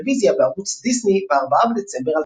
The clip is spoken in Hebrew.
בטלוויזיה בערוץ דיסני ב-4 בדצמבר 2020.